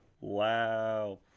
wow